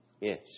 Yes